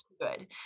good